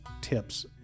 tips